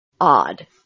Odd